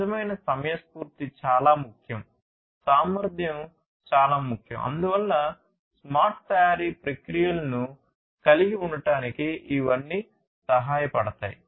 నిజమైన సమయస్ఫూర్తి చాలా ముఖ్యం సామర్థ్యం చాలా ముఖ్యం అందువల్ల స్మార్ట్ తయారీ ప్రక్రియలను కలిగి ఉండటానికి ఇవన్నీ సహాయపడతాయి